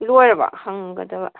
ꯂꯣꯏꯔꯕ ꯍꯪꯒꯗꯕ